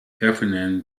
heffernan